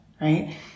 right